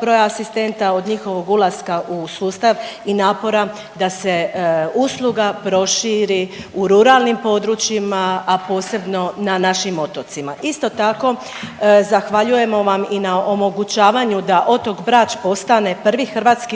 broja asistenta, od njihovog ulaska u sustav i napora da se usluga proširi u ruralnim područjima, a posebno na našim otocima. Isto tako zahvaljujemo vam i na omogućavanju da otok Brač postane prvi hrvatski